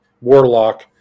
warlock